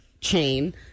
chain